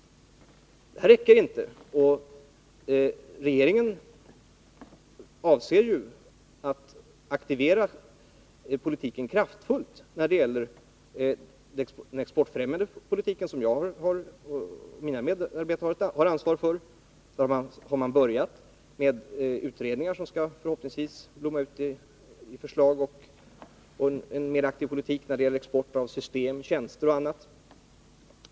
Men detta räcker inte, och regeringen avser att aktivera politiken kraftfullt, bl.a. den exportfrämjande politiken, som jag och mina medarbetare har ansvar för. Där har vi börjat med utredningar, som förhoppningsvis skall blomma ut i förslag till en mer aktiv politik när det gäller export av system, tjänster och annat.